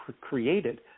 created